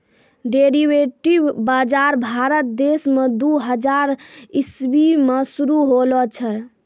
derivative बजार भारत देश मे दू हजार इसवी मे शुरू होलो छै